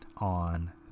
on